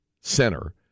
center